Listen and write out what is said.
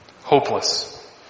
Hopeless